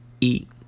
eat